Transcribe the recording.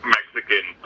Mexican